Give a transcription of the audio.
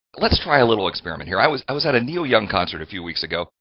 let's try a little experiment here, i was i was at a neil young concert a few weeks ago,